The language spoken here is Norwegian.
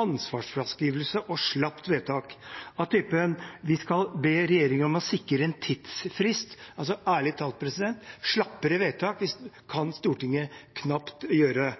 ansvarsfraskrivelse og slapt vedtak, av typen «vi skal be regjeringen om å sikre en tidsfrist». Ærlig talt, president, slappere vedtak kan Stortinget knapt gjøre.